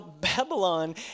Babylon